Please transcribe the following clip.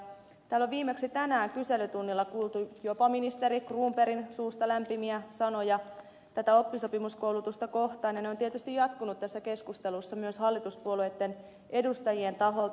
täällä on viimeksi tänään kyselytunnilla kuultu jopa ministeri cronbergin suusta lämpimiä sanoja tätä oppisopimuskoulutusta kohtaan ja se on tietysti jatkunut tässä keskustelussa myös hallituspuolueitten edustajien taholta